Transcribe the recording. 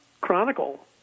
chronicle